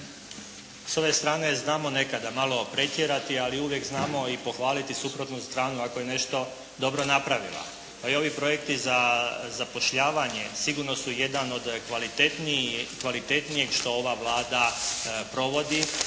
s ove strane znamo nekada malo pretjerati ali uvijek znamo i pohvaliti suprotnu stranu ako je nešto dobro napravila. Pa i ovi projekti za zapošljavanje sigurno su jedan od kvalitetnijih što ova Vlada provodi